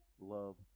love